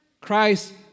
Christ